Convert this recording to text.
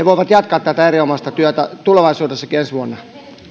voivat jatkaa tätä erinomaista työtä tulevaisuudessakin ensi vuonna